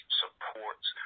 supports